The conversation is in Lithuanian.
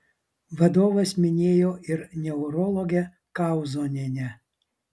vadovas minėjo ir neurologę kauzonienę